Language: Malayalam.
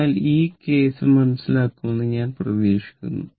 അതിനാൽ ഈ കേസ് മനസ്സിലാക്കുമെന്ന് ഞാൻ പ്രതീക്ഷിക്കുന്നു